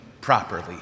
properly